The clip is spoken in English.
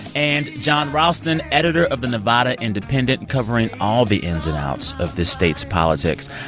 and jon ralston, editor of the nevada independent, and covering all the ins and outs of this state's politics.